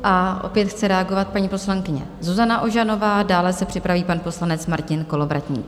A opět chce reagovat paní poslankyně Zuzana Ožanová, dále se připraví pan poslanec Martin Kolovratník.